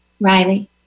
Riley